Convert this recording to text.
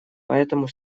поэтому